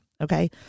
okay